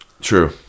True